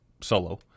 solo